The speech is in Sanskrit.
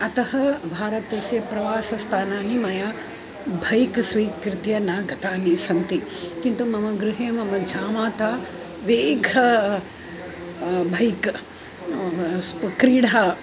अतः भारतस्य प्रवासस्थानानि मया भैक् स्वीकृत्य न गता सन्ति किन्तु मम गृहे मम जामाता वेगेन भैक् स्पु क्रीडा